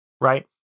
right